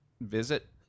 visit